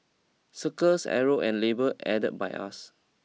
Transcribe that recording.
circle arrow and labels added by us